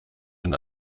den